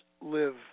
live